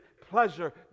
pleasure